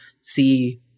see